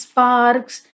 parks